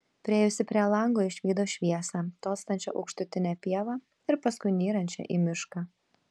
priėjusi prie lango išvydo šviesą tolstančią aukštutine pieva ir paskui nyrančią į mišką